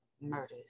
murders